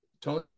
Tony